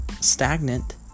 stagnant